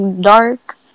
dark